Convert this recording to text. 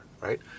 right